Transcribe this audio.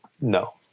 no